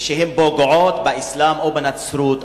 שהן פוגעות באסלאם או בנצרות,